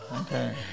Okay